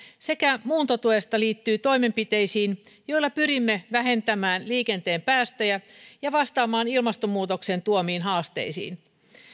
sekä muuntotuesta liittyy toimenpiteisiin joilla pyrimme vähentämään liikenteen päästöjä ja vastaamaan ilmastonmuutoksen tuomiin haasteisiin